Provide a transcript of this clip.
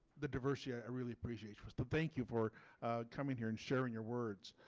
the diversity i really appreciated was to thank you for coming here and sharing your words